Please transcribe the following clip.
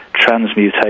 transmutation